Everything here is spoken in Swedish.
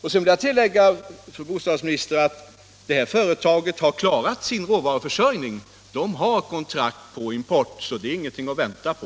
Sedan vill jag tillägga, fru bostadsminister, att detta företag har klarat sin råvaruförsörjning, det har kontrakt på import, så det är ingenting att vänta på.